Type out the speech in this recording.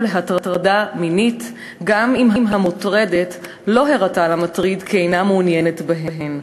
להטרדה מינית גם אם המוטרדת לא הראתה למטריד כי אינה מעוניינת בהן.